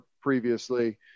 previously